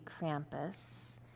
Krampus